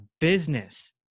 business